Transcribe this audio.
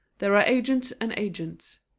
there are agents and agents.